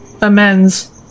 amends